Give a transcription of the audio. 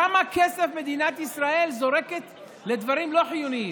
כמה כסף מדינת ישראל זורקת על דברים לא חיוניים?